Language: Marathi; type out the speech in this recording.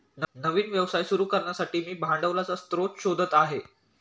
नवीन व्यवसाय सुरू करण्यासाठी मी भांडवलाचा स्रोत शोधत आहे